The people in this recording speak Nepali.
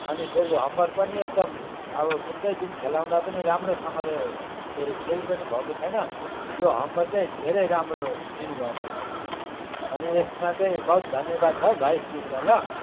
अनि फेरि हम्बर पनि एकदम अब थुप्रै दिन खेलाउँदा पनि राम्रोसँगले के अरे केही पनि भएको छैन यो हम्बर चाहिँ धैरै राम्रो दिनु भएछ भाइले अनि यसमा चाहिँ बहुत धन्यवाद छ है भाइ तिमीलाई ल